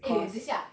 eh 等一下